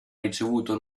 ricevuto